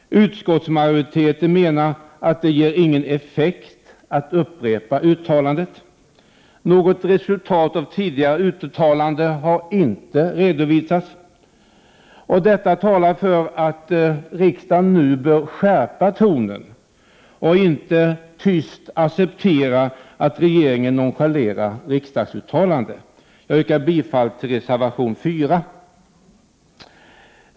Utskottsmajoriteten menar att det inte ger någon effekt att upprepa uttalandet. Något resultat av tidigare uttalanden har inte redovisats. Detta talar för att riksdagen nu bör skärpa tonen och inte tyst acceptera att regeringen nonchalerar riksdagsuttalanden. Jag yrkar bifall till reservation 4.